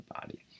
body